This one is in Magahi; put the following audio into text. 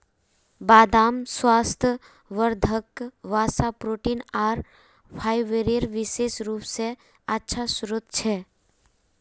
बदाम स्वास्थ्यवर्धक वसा, प्रोटीन आर फाइबरेर विशेष रूप स अच्छा स्रोत छ